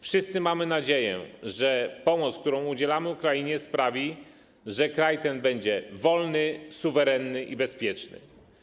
Wszyscy mamy nadzieję, że pomoc, której udzielamy Ukrainie, sprawi, że kraj ten będzie wolny, suwerenny i bezpieczny.